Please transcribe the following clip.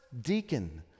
deacon